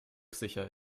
sicher